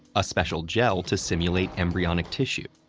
a special gel to simulate embryonic tissue,